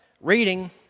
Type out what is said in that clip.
reading